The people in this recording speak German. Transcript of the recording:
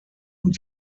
und